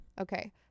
Okay